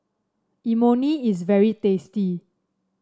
imoni is very tasty